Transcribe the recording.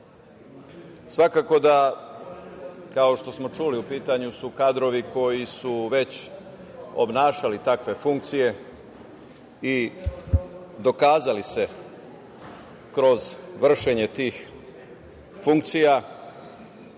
RATEL-a. Kao što smo čuli, u pitanju su kadrovi koji su već obnašali takve funkcije i dokazali se kroz vršenje tih funkcija.Međutim,